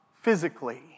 Physically